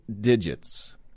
digits